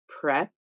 prep